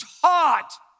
taught